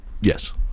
Yes